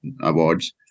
awards